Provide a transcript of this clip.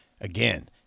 Again